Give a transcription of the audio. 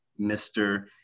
Mr